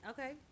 Okay